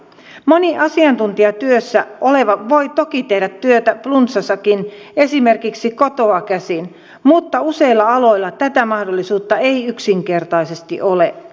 moni asiantuntijatyössä oleva voi toki tehdä työtä flunssassakin esimerkiksi kotoa käsin mutta useilla aloilla tätä mahdollisuutta ei yksinkertaisesti ole